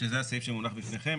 שזה הסעיף שמונח בפניכם.